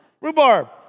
Rhubarb